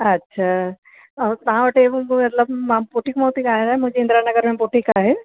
अछा तव्हां वटि हे मतिलबु मां बुटीक मों थी ॻाल्हायां मुंहिंजी हिते इन्द्रां नगर में बुटीक आहे